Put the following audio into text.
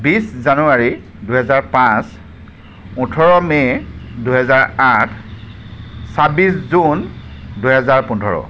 বিশ জানুৱাৰী দুহেজাৰ পাঁচ ওঁঠৰ মে' দুহেজাৰ আঠ ছাব্বিছ জুন দুহেজাৰ পোন্ধৰ